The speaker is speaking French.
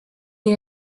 est